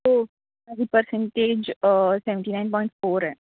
हो माझे percentage seventy nine point four आहे